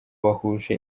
bahuje